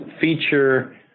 feature